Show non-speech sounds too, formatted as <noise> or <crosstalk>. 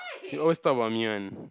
<noise> you always talk about me one